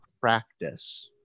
practice